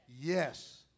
Yes